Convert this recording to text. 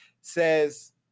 says